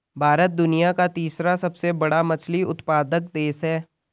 भारत दुनिया का तीसरा सबसे बड़ा मछली उत्पादक देश है